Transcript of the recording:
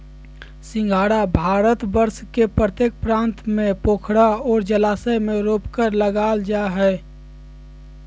सिंघाड़ा भारतवर्ष के प्रत्येक प्रांत में पोखरा और जलाशय में रोपकर लागल जा हइ